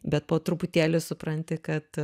bet po truputėlį supranti kad